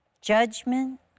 judgment